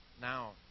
Now